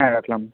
হ্যাঁ রাখলাম